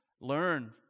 Learn